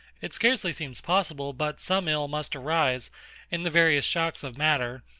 it scarcely seems possible but some ill must arise in the various shocks of matter,